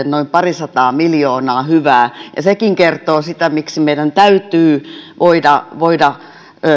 noin parisataa miljoonaa hyvää ja sekin kertoo sitä miksi meidän täytyy voida voida